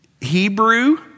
Hebrew